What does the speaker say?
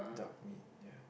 duck meat yeah